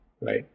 right